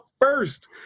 first